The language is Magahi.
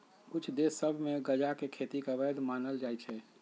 कुछ देश सभ में गजा के खेती के अवैध मानल जाइ छै